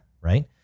right